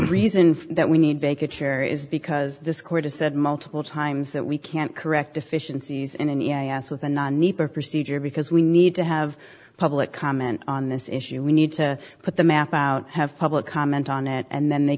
reason that we need to take a chair is because this court has said multiple times that we can't correct deficiencies in and yes with a new procedure because we need to have public comment on this issue we need to put the map out have public comment on it and then they